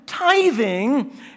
Tithing